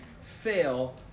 fail